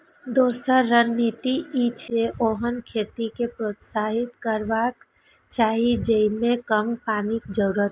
दोसर रणनीति ई छै, जे ओहन खेती कें प्रोत्साहित करबाक चाही जेइमे कम पानिक जरूरत हो